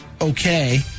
okay